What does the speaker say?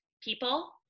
people